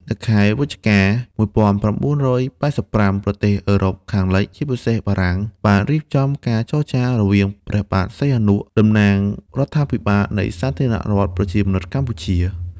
នៅខែវិច្ឆិកា ១៩៨៥ប្រទេសអឺរ៉ុបខាងលិច ជាពិសេសបារាំង បានរៀបចំការចរចារវាងព្រះបាទសីហនុតំណាងរដ្ឋាភិបាលនៃសាធារណៈរដ្ឋប្រជាមានិតកម្ពុជា ។